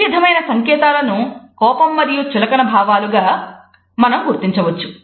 ఈ విధమైన సంకేతాలను కోపం మరియు చులకన భావాలుగా మనం గుర్తించవచ్చు